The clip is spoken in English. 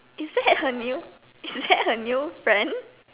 is that her new is that her new friend